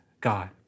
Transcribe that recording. God